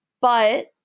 but-